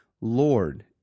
Lord